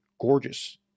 gorgeous